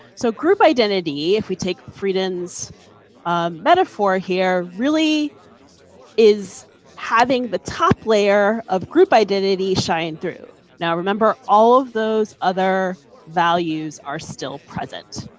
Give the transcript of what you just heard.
so group identity, if we take freeden's metaphor here, really is having the top layer of group identity shine through. now, remember, all of those other values are still present.